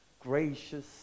gracious